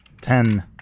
Ten